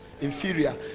Inferior